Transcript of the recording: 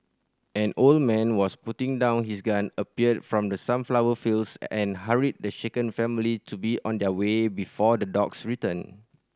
an old man was putting down his gun appeared from the sunflower fields and hurried the shaken family to be on their way before the dogs return